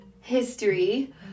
history